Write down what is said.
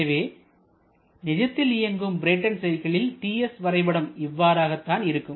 எனவே நிஜத்தில் இயங்கும் பிரேட்டன் சைக்கிளின் Ts வரைபடம் இவ்வாறாகத் தான் இருக்கும்